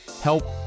help